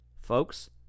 Folks